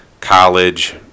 college